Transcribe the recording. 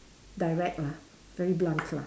direct lah very blunt lah